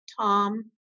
Tom